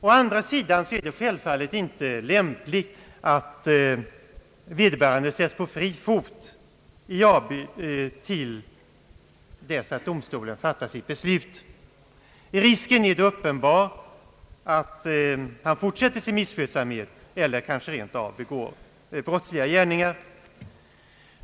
Å andra sidan är det självfallet inte lämpligt att vederbörande sättes på fri fot till dess att domstolen fattat sitt beslut. Risken är då uppenbar att han fortsätter sin misskötsamhet eller kanske rent av begår brottsliga gärningar.